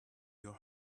your